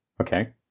Okay